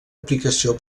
aplicació